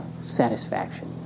satisfaction